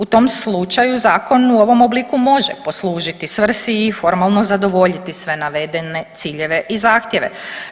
U tom slučaju zakon u ovom obliku može poslužiti svrsi i formalno zadovoljiti sve navedene ciljeve i zahtjeve.